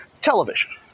television